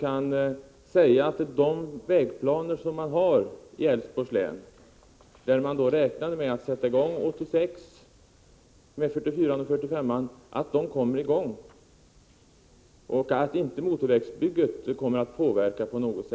kan lämna besked om att de planer som finns i Älvsborgs län, där man räknat med att sätta i gång byggandet av väg 44 och 45 år 1986, verkligen kan fullföljas och att motorvägsbyggandet inte på något sätt kommer att påverka dessa projekt.